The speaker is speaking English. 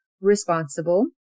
responsible